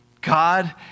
God